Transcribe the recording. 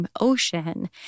ocean